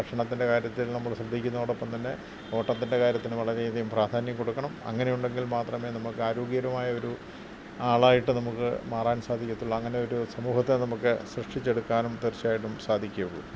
ഭക്ഷണത്തിൻ്റെ കാര്യത്തിൽ നമ്മൾ ശ്രദ്ധിക്കുന്നതോടൊപ്പം തന്നെ ഓട്ടത്തിൻ്റെ കാര്യത്തിനും വളരെ അധികം പ്രാധാന്യം കൊടുക്കണം അങ്ങനെ ഉണ്ടെങ്കിൽ മാത്രമേ നമുക്ക് ആരോഗ്യകരമായൊരു ആളായിട്ട് നമുക്ക് മാറാൻ സാധിക്കത്തൊള്ളൂ അങ്ങനെ ഒരു സമൂഹത്തെ നമുക്ക് സൃഷ്ടിച്ചെടുക്കാനും തീർച്ചയായിട്ടും സാധിക്കുകയുള്ളു